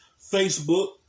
Facebook